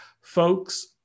Folks